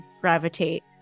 gravitate